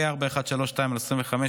פ/4132/25,